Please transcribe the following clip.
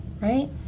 right